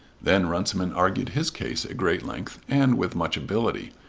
then runciman argued his case at great length and with much ability.